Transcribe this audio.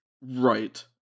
Right